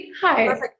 hi